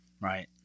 right